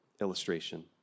illustration